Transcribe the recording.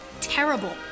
terrible